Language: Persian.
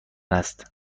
است